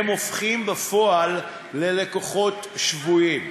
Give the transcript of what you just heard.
הם הופכים בפועל ללקוחות שבויים.